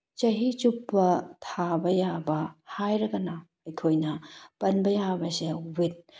ꯆꯍꯤ ꯆꯨꯞꯄ ꯊꯥꯕ ꯌꯥꯕ ꯍꯥꯏꯔꯒꯅ ꯑꯩꯈꯣꯏꯅ ꯄꯟꯕ ꯌꯥꯕꯁꯦ ꯋꯤꯠ